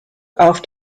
auf